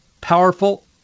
powerful